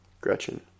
Gretchen